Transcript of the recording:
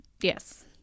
Yes